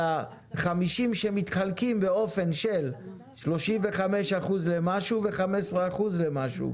אלא 50% שמתחלקים באופן של 35% למשהו ו-15% למשהו.